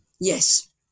Yes